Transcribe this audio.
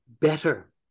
better